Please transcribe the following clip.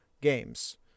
games